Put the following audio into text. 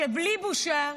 שבלי בושה,